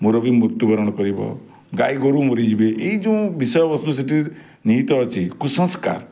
ମୁରବି ମୃତ୍ୟବରଣ କରିବ ଗାଈଗୋରୁ ମରିଯିବେ ଏଇଯେଉଁ ବିଷୟବସ୍ତୁ ସେଇଠି ନିହିତ ଅଛି କୁସଂସ୍କାର